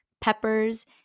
peppers